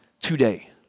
today